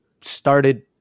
started